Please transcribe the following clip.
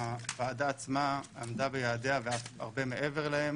הוועדה עצמה עמדה ביעדיה ואף הרבה מעבר להם